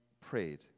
prayed